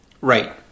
Right